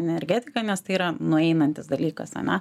energetiką nes tai yra nueinantis dalykas ane